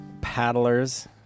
paddlers